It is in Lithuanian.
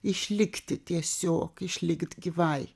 išlikti tiesiog išlikti gyvai